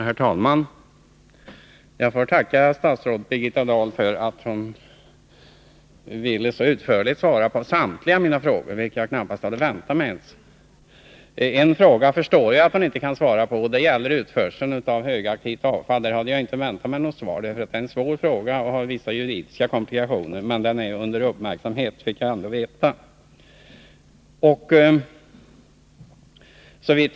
Herr talman! Jag tackar statsrådet Birgitta Dahl för att hon så utförligt ville svara på samtliga mina frågor, vilket jag knappast hade väntat mig. En fråga förstår jag att hon inte kan svara på, den som gällde utförsel av högaktivt avfall. Det är en svår fråga, och den har vissa juridiska komplikationer. Men jag fick ändå veta att regeringen har sin uppmärksamhet riktad på den.